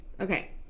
Okay